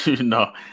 no